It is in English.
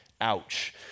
ouch